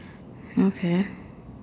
okay